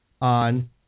on